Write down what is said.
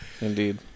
Indeed